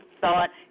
thought